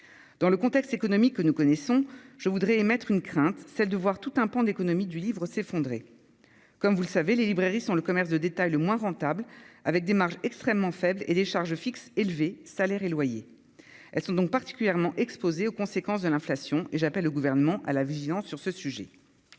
dans le contexte économique que nous connaissons, je voudrais mettre une crainte, celle de voir tout un pan de l'économie du livre s'effondrer comme vous le savez, les librairies sont le commerce de détail le moins rentables avec des marges extrêmement faible et des charges fixes élevés, salaires et loyers, elles sont donc particulièrement exposés aux conséquences de l'inflation et j'appelle le gouvernement à la vigilance sur ce sujet,